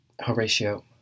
Horatio